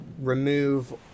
remove